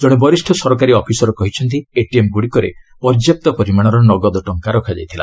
ଜଣେ ବରିଷ୍ଣ ସରକାରୀ ଅଫିସର କହିଛନ୍ତି ଏଟିଏମ୍ ଗୁଡ଼ିକରେ ପର୍ଯ୍ୟାପ୍ତ ପରିମାଣର ନଗଦ ଟଙ୍କା ରଖାଯାଇଥିଲା